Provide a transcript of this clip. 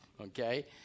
okay